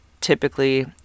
Typically